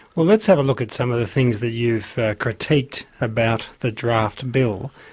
well let's have a look at some of the things that you've critiqued about the draft bill.